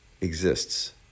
exists